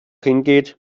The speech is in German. hingeht